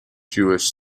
jewish